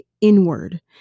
inward